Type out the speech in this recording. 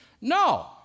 No